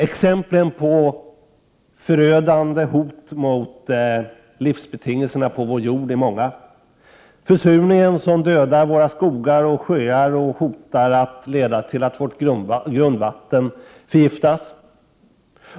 Exemplen på förödande hot mot livsbetingelserna på vår jord är många. Det är försurningen som dödar våra skogar och sjöar samt hotar att leda till att grundvattnet förgiftas.